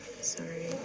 Sorry